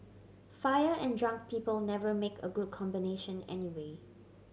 fire and drunk people never make a good combination anyway